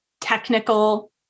technical